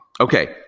Okay